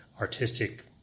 artistic